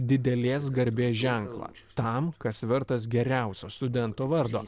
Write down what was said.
didelės garbės ženklą tam kas vertas geriausio studento vardo